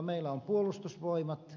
meillä on puolustusvoimat